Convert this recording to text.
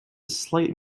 slight